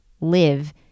live